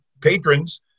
patrons